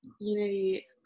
unity